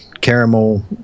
caramel